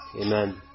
Amen